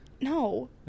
No